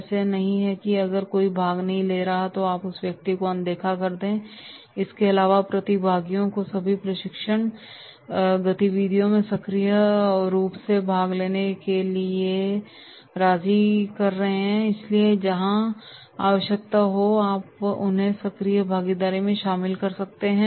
ऐसा नहीं है कि अगर कोई भाग नहीं ले रहा है तो आप उस व्यक्ति की अनदेखी कर रहे हैं इसके अलावा प्रतिभागियों को सभी प्रशिक्षण गतिविधियों में सक्रिय रूप से भाग लेने के लिए राजी कर रहे हैं इसलिए जहां आवश्यकता हो वहां आप उन्हें सक्रिय भागीदारी में शामिल कर सकते हैं